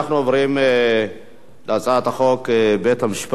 אנחנו עוברים להצעת חוק בתי-המשפט